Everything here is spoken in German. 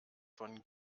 von